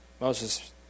Moses